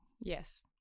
Yes